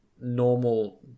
normal